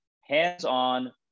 hands-on